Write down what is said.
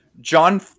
John